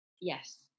yes